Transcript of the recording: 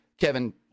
Kevin